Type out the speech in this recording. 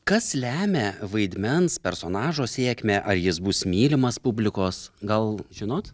kas lemia vaidmens personažo sėkmę ar jis bus mylimas publikos gal žinot